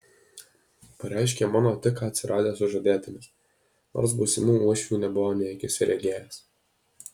pareiškė mano tik ką atsiradęs sužadėtinis nors būsimų uošvių nebuvo nė akyse regėjęs